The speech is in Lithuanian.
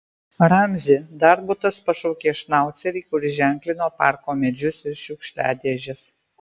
ramzi darbutas pašaukė šnaucerį kuris ženklino parko medžius ir šiukšliadėžes